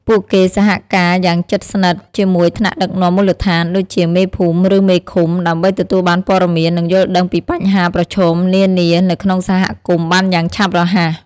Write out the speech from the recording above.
ពួកគេសហការយ៉ាងជិតស្និទ្ធជាមួយថ្នាក់ដឹកនាំមូលដ្ឋាន ដូចជាមេភូមិ ឬមេឃុំ ដើម្បីទទួលបានព័ត៌មាន និងយល់ដឹងពីបញ្ហាប្រឈមនានានៅក្នុងសហគមន៍បានយ៉ាងឆាប់រហ័ស។